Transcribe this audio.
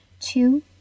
two